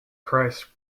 christ